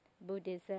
Buddhism